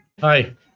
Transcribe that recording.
Hi